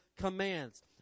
commands